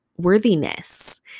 worthiness